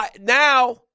now